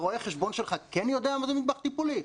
הרואה חשבון שלך כן יודע מה זה מטבח טיפולי?